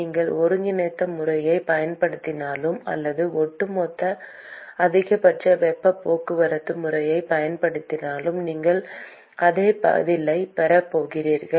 நீங்கள் ஒருங்கிணைந்த முறையைப் பயன்படுத்தினாலும் அல்லது ஒட்டுமொத்த அதிகபட்ச வெப்பப் போக்குவரத்து முறையைப் பயன்படுத்தினாலும் நீங்கள் அதே பதிலைப் பெறப் போகிறீர்கள்